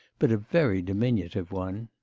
but a very diminutive one.